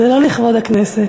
זה לא לכבוד הכנסת.